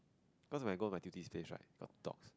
cause if I go my tutee's place right got dogs